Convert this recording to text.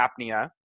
apnea